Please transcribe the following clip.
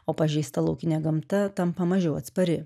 o pažeista laukinė gamta tampa mažiau atspari